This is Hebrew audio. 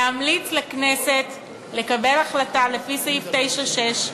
להמליץ לכנסת לקבל החלטה, לפי סעיף 9(6)